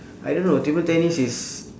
I don't know table tennis is